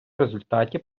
результаті